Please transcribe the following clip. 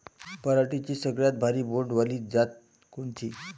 पराटीची सगळ्यात भारी बोंड वाली जात कोनची?